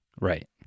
Right